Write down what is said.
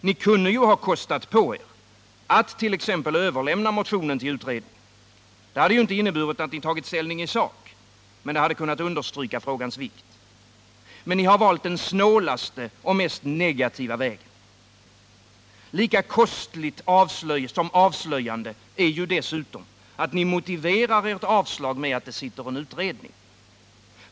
Ni kunde ha kostat på er att överlämna motionen till utredningen. Det hade inte inneburit att ni tagit ställning i sak, men det hade understrukit frågans vikt. Men ni har valt den snålaste och mest negativa vägen. Lika kostligt som avslöjande är dessutom att ni motiverar ert avstyrkande med att det sitter en utredning.